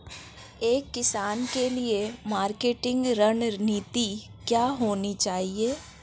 एक किसान के लिए मार्केटिंग रणनीति क्या होनी चाहिए?